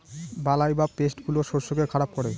বালাই বা পেস্ট গুলো শস্যকে খারাপ করে